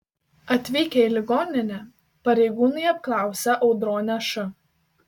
atvykę į ligoninę pareigūnai apklausė audronę š